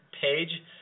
page